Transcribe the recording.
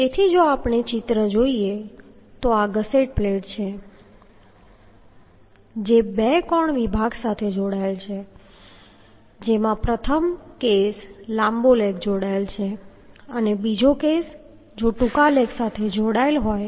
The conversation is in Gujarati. તેથી જો આપણે ચિત્ર જોઈએ તો આ ગસેટ પ્લેટ છે જે બે કોણ વિભાગ સાથે જોડાયેલ છે જેમાં પ્રથમ કેસ લાંબો લેગ જોડાયેલ છે અને બીજો કેસ જો ટૂંકા લેગ જોડાયેલ હોય તો